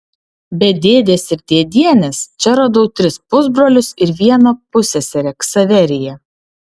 be dėdės ir dėdienės čia radau tris pusbrolius ir vieną pusseserę ksaveriją